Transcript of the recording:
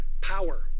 power